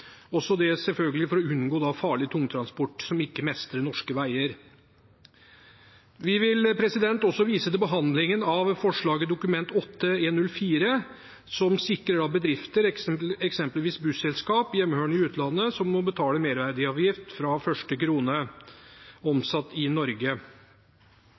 også det selvfølgelig for å unngå farlig tungtransport med sjåfører som ikke mestrer norske veier. Vi vil også vise til behandlingen av representantforslaget Dokument 8:104 for 2018–2019, som sikrer at bedrifter, eksempelvis busselskap hjemmehørende i utlandet, må betale merverdiavgift fra første krone